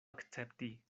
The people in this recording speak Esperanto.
akcepti